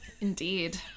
Indeed